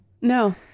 No